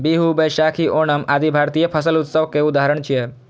बीहू, बैशाखी, ओणम आदि भारतीय फसल उत्सव के उदाहरण छियै